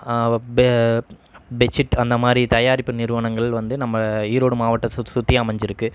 பெ பெட்ஷீட் அந்தமாதிரி தயாரிப்பு நிறுவனங்கள் வந்து நம்ம ஈரோடு மாவட்டத்தை சுத் சுற்றி அமைஞ்சிருக்கு